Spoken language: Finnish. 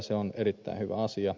se on erittäin hyvä asia